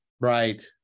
Right